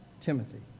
timothy